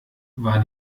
war